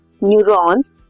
neurons